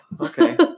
okay